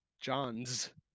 Johns